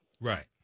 Right